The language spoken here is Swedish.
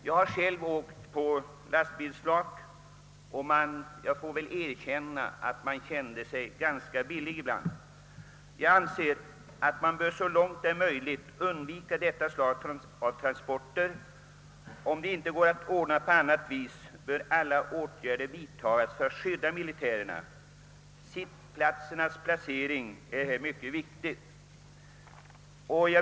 Jag har själv åkt på lastbilsflak, och jag måste erkänna att jag ibland kände mig ganska enkel. Jag anser att man så långt möjligt bör undvika detta slag av trans porter. Om det inte går att ordna på annat sätt bör alla åtgärder vidtagas för att skydda militärerna. Sittplatsernas placering är mycket viktig.